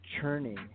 churning